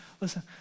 Listen